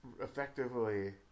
effectively